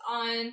on